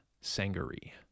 sangaree